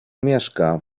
mieszka